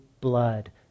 blood